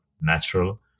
natural